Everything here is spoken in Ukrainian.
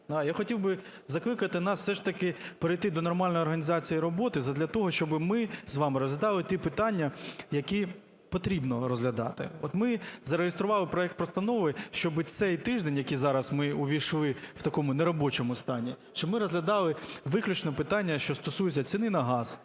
Я хотів би закликати нас все ж таки перейти до нормальної організації роботи задля того, щоб ми з вами розглядали ті питання, які потрібно розглядати. От ми зареєстрували проект постанови, щоб цей тиждень, в який зараз ми увійшли в такому неробочому стані, щоб ми розглядали виключно питання, що стосуються ціни на газ,